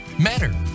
matter